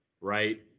right